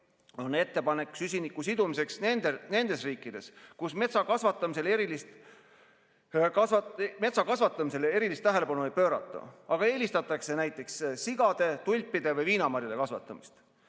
on ettepanek süsiniku sidumiseks nendes riikides, kus metsa kasvatamisele erilist tähelepanu ei pöörata, eelistatakse näiteks sigade, tulpide või viinamarjade kasvatamist.